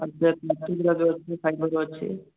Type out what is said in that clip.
ହଁ ପ୍ଲାଷ୍ଟିକ୍ର ବି ଅଛି ଫାଇବର୍ର ଅଛି